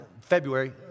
February